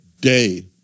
day